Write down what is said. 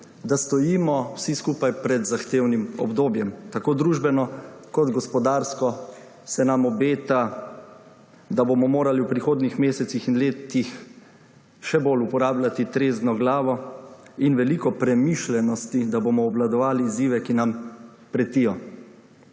da stojimo vsi skupaj pred zahtevnim obdobjem, tako družbeno kot gospodarsko se nam obeta, da bomo morali v prihodnjih mesecih in letih še bolj uporabljati trezno glavo in veliko premišljenosti, da bomo obvladovali izzive, ki nam pretijo.